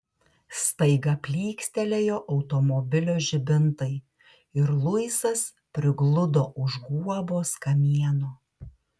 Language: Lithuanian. staiga plykstelėjo automobilio žibintai ir luisas prigludo už guobos kamieno